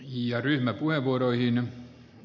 ja ryhmäpuheenvuoroihin